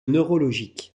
neurologiques